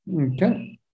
okay